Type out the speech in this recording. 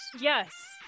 Yes